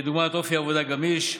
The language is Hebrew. כדוגמת אופי עבודה גמיש,